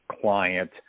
client